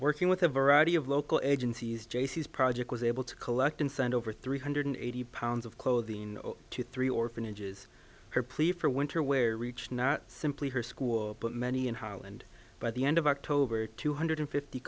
working with a variety of local agencies jaycee's project was able to collect and send over three hundred eighty pounds of clothing to three orphanages her plea for winter wear reached not simply her school but many in holland by the end of october two hundred fifty